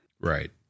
Right